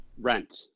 Rent